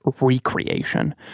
recreation